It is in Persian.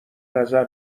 نظر